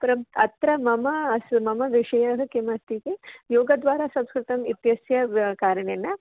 परम् अत्र मम अस्ति मम विषयः किमस्ति चेत् योगद्वारा संस्कृतम् इत्यस्य व कारणेन